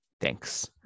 Thanks